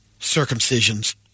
circumcisions